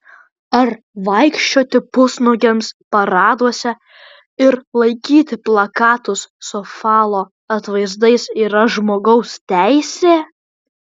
ar vaikščioti pusnuogiams paraduose ir laikyti plakatus su falo atvaizdais yra žmogaus teisė